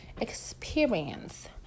experience